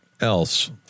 else